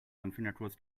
anfängerkurs